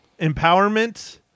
empowerment